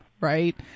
Right